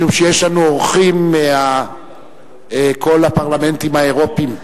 משום שיש לנו אורחים מכל הפרלמנטים האירופיים,